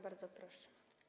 Bardzo proszę.